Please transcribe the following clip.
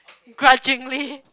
grudgingly